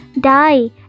die